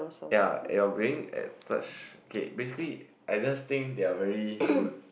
ya you're playing at such okay basically I just think they are very rude